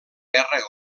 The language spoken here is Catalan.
guerra